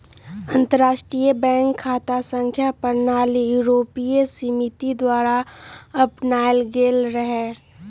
अंतरराष्ट्रीय बैंक खता संख्या प्रणाली यूरोपीय समिति द्वारा अपनायल गेल रहै